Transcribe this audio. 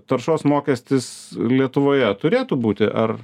taršos mokestis lietuvoje turėtų būti ar